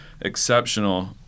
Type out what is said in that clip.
exceptional